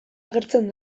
agertzen